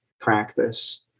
practice